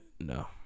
No